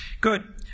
Good